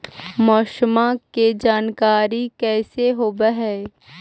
मौसमा के जानकारी कैसे होब है?